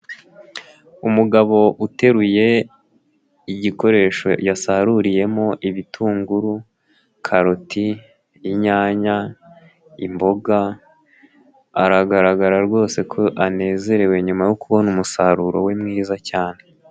Umugabo uteruye igikoresho yasaruriyemo ibitunguru, karoti, inyanya, imboga, aragaragara rwose ko anezerewe nyuma yo kubona umusaruro we mwiza cyane.